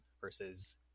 versus